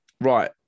Right